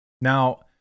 Now